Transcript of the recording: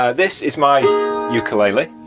ah this is my ukulele.